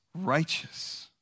righteous